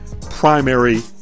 primary